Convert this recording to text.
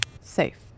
Safe